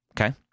Okay